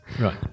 Right